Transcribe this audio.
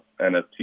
NFT